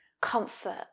comfort